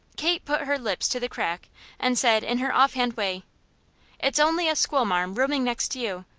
kate put her lips to the crack and said in her off-hand way it's only a school-marm, rooming next you.